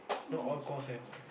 not all course have what